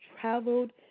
Traveled